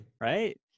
right